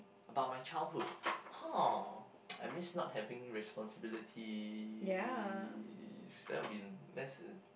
about my childhood (haa) I miss not having responsibilities that will be that's a~